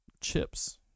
Chips